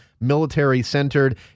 military-centered